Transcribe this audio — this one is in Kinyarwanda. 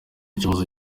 kibazo